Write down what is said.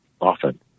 often